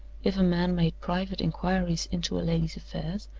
if a man made private inquiries into a lady's affairs,